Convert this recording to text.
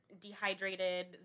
dehydrated